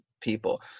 people